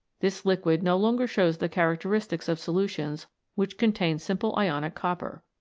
this liquid no longer shows the characteristics of solutions which contain simple ionic copper.